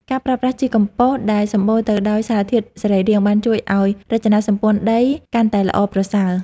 ការប្រើប្រាស់ជីកំប៉ុស្តដែលសម្បូរទៅដោយសារធាតុសរីរាង្គ បានជួយឱ្យរចនាសម្ព័ន្ធដីកាន់តែល្អប្រសើរ។